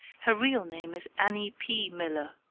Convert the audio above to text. her real name is annie p. miller,